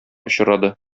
очрады